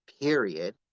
period